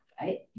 right